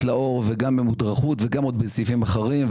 לאור וגם במודרכות וגם בסעיפים אחרים.